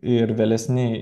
ir vėlesni